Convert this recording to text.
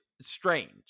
strange